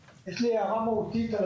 בעצם כפי שהערתי כבר בתחילת